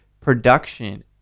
production